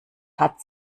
hat